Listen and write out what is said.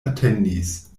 atendis